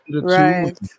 right